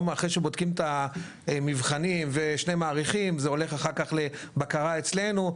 אחרי שבודקים את המבחנים ושני מעריכים זה הולך אחר כך לבקרה אצלנו,